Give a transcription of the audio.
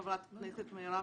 חברת הכנסת מירב,